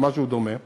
או משהו דומה,